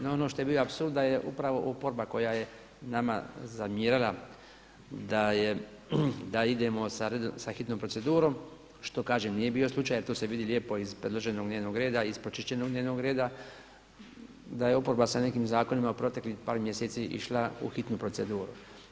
No, ono što je bio apsurd da je upravo oporba koja je nama zamjerala da idemo sa hitnom procedurom, što kažem nije bio slučaj jer to se vidi lijepo iz predloženog dnevnog reda i iz pročišćenog dnevnog reda da je oporba sa nekim zakonima u proteklih par mjeseci išla u hitnu proceduru.